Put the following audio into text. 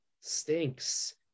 stinks